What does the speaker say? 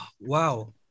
wow